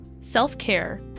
self-care